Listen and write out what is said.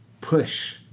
push